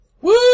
Woo